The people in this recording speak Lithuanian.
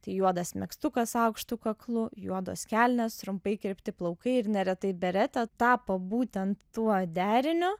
tai juodas megztukas aukštu kaklu juodos kelnės trumpai kirpti plaukai ir neretai beretė tapo būtent tuo deriniu